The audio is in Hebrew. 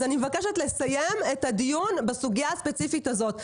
אז אני מבקשת לסיים את הדיון בסוגייה הספציפית הזאת.